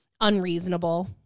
unreasonable